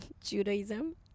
Judaism